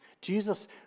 Jesus